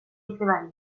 izebari